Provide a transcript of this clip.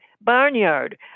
barnyard